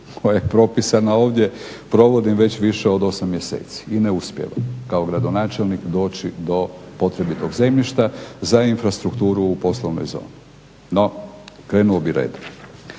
koja je propisana ovdje provodim već više od 8 mjeseci i ne uspijevam kao gradonačelnik doći do potrebitog zemljišta za infrastrukturu u poslovnoj zoni. No krenuo bih redom.